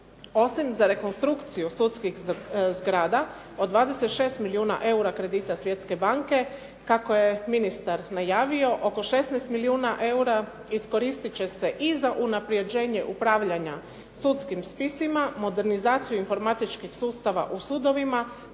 Osim za rekonstrukciju sudskih zgrada od 26 milijuna eura kredita Svjetske banke kako je ministar najavio oko 16 milijuna eura iskoristit će se i za unaprjeđenje upravljanja sudskim spisima, modernizaciju informatičkih sustava u sudovima,